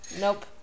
Nope